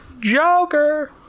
joker